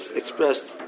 expressed